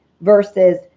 versus